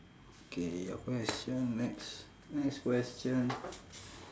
okay your question next next question